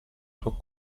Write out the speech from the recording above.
tuo